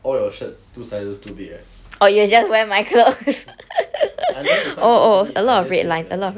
all your shirt two sizes too big right I don't need to find clothes already I just use your thing